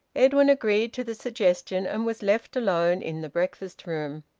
edwin agreed to the suggestion, and was left alone in the breakfast-room.